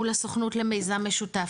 מול הסוכנות למיזם משותף,